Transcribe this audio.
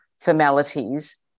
formalities